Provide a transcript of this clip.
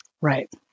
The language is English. Right